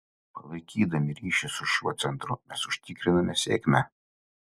palaikydami ryšį su šiuo centru mes užsitikriname sėkmę